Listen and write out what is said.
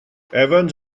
evans